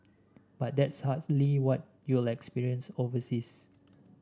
but that's hardly what you'll experience overseas